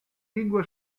lingua